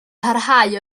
parhau